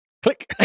Click